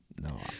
no